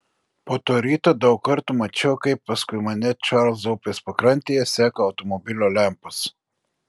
po to ryto daug kartų mačiau kaip paskui mane čarlzo upės pakrantėje seka automobilio lempos